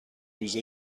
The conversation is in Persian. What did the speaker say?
روزه